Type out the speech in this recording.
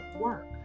work